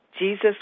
Jesus